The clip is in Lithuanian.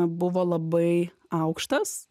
buvo labai aukštas